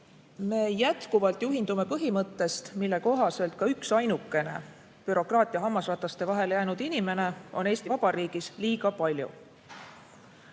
jätkuvalt põhimõttest, mille kohaselt ka üksainukene bürokraatia hammasrataste vahele jäänud inimene on Eesti Vabariigis liiga palju.